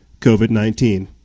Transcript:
COVID-19